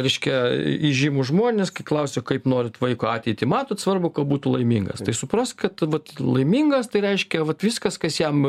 reiškia įžymūs žmonės kai klausiu kaip norit vaiko ateitį matot svarbu kad būtų laimingas tai suprask kad vat laimingas tai reiškia vat viskas kas jam